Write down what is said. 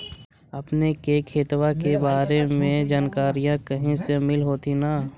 अपने के खेतबा के बारे मे जनकरीया कही से मिल होथिं न?